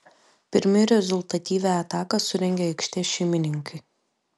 pirmi rezultatyvią ataką surengė aikštės šeimininkai